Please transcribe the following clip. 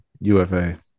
UFA